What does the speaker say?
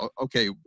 okay